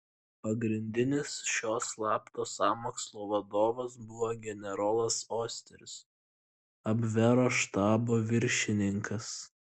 pagrindinis šio slapto sąmokslo vadovas buvo generolas osteris abvero štabo viršininkas